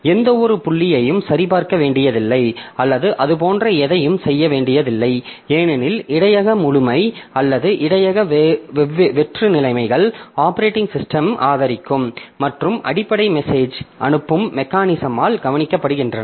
எந்தவொரு புள்ளியையும் சரிபார்க்க வேண்டியதில்லை அல்லது அதுபோன்ற எதையும் செய்ய வேண்டியதில்லை ஏனெனில் இடையக முழுமை அல்லது இடையக வெற்று நிலைமைகள் ஆப்பரேட்டிங் சிஸ்டம் ஆதரிக்கும் மற்றும் அடிப்படை மெசேஜ் அனுப்பும் மெக்கானிசமால் கவனிக்கப்படுகின்றன